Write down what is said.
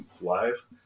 Live